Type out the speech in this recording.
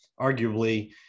arguably